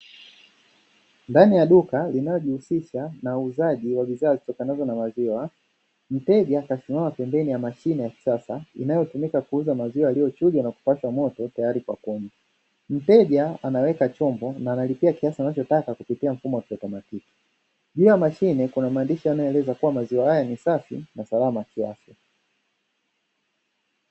Ndani ya duka linalojihusisha uuzaji wa bidhaa zinazotokana na maziwa, mteja kasimama pembeni ya mashine ya kisasa inayotumika kuuza maziwa yaliyochujwa na kupashwa moto tayari kwa kunywa, mteja anaweka chombo na analipia kiasi anachotaka kupitia mfumo wa kiotomatiki, juu ya mashine kuna maandishi yanayoeleza kuwa maziwa haya ni safi na salama kiafya.